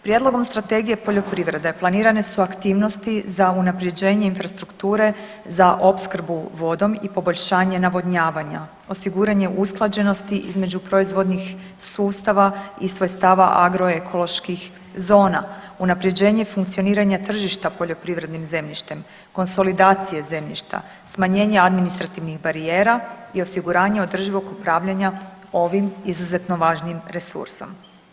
Prijedlogom Strategije poljoprivrede planirane su aktivnosti za unaprjeđenje infrastrukture za opskrbu vodom i poboljšanje navodnjavanja, osiguranje usklađenosti između proizvodnih sustava i svojstava agroekoloških zona, unapređenje funkcioniranja tržišta poljoprivrednim zemljištem, konsolidacije zemljišta, smanjenje administrativnih barijera i osiguranje održivog upravljanja ovim, izuzetno važnim resursom.